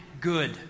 good